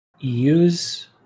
use